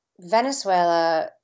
Venezuela